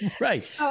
Right